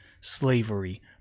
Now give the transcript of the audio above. slavery